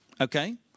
okay